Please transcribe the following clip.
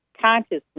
consciousness